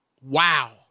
Wow